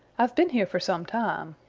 i've been here for some time.